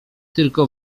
tylko